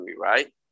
right